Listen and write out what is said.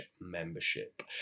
membership